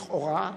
לכאורה,